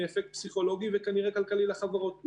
מאפקט פסיכולוגי וכנראה כלכלי לחברות.